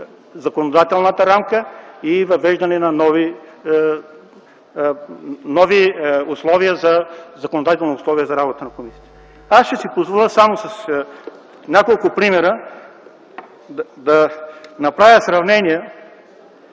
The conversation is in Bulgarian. законодателната рамка и въвеждане на нови законодателни условия за работата на комисията. Аз ще си позволя само с няколко примера да направя сравнение